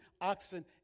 oxen